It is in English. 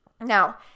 Now